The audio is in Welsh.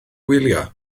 wyliau